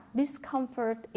discomfort